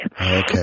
Okay